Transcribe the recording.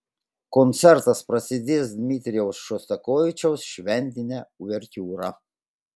koncertas prasidės dmitrijaus šostakovičiaus šventine uvertiūra